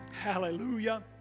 Hallelujah